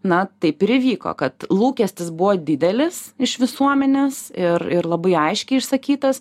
na taip ir įvyko kad lūkestis buvo didelis iš visuomenės ir ir labai aiškiai išsakytas